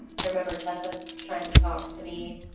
i remember tessa trying to talk to me.